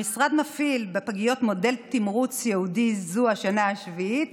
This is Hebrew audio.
המשרד מפעיל בפגיות מודל תמרוץ ייעודי זו השנה השביעית